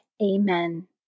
Amen